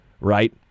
right